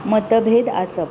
मतभेद आसप